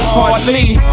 Hardly